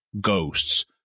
ghosts